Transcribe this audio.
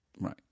Right